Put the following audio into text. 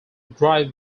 drive